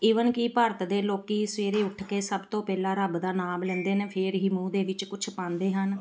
even ਕਿ ਭਾਰਤ ਦੇ ਲੋਕ ਸਵੇਰੇ ਉੱਠ ਕੇ ਸਭ ਤੋਂ ਪਹਿਲਾਂ ਰੱਬ ਦਾ ਨਾਮ ਲੈਂਦੇ ਨੇ ਫਿਰ ਹੀ ਮੂੰਹ ਦੇ ਵਿੱਚ ਕੁਛ ਪਾਉਂਦੇ ਹਨ